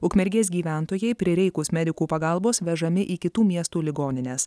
ukmergės gyventojai prireikus medikų pagalbos vežami į kitų miestų ligonines